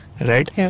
Right